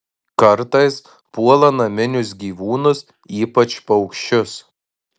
kartais puola naminius gyvūnus ypač paukščius